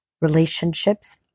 relationships